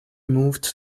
moved